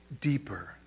deeper